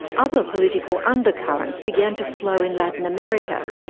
other political undercurrents began to flow in latin america,